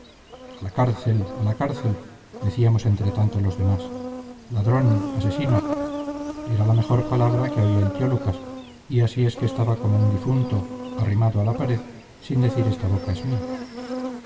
la cárcel a la cárcel decíamos entretanto los demás ladrón asesino era la mejor palabra que oía el tío lucas y así es que estaba como un difunto arrimado a la pared sin decir esta boca es mía